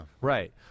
Right